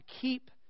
keep